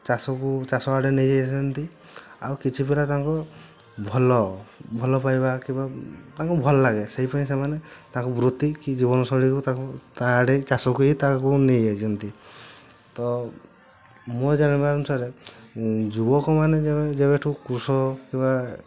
ଚାଷକୁ ଚାଷ ଆଡ଼େ ନେଇ ଯାଇଛନ୍ତି ଆଉ କିଛି ପିଲା ତାଙ୍କୁ ଭଲ ଭଲ ପାଇବା କିମ୍ବା ତାଙ୍କୁ ଭଲଲାଗେ ସେଥିପାଇଁ ସେମାନେ ତାକୁ ବୃତ୍ତି କି ଜୀବନଶୈଳୀକୁ ତାକୁ ତା ଆଡ଼େ ଚାଷକୁ ହିଁ ତାକୁ ନେଇଯାଇଛନ୍ତି ତ ମୋ ଜାଣିବା ଅନୁସାରରେ ଯୁବକ ମାନେ ଯେ ଯେବେଠୁ କୃଷକ କିମ୍ବା